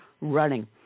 running